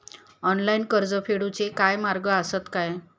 Online कर्ज फेडूचे काय मार्ग आसत काय?